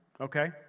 Okay